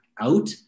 out